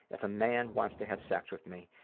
if a man wants to have sex with me,